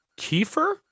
Kiefer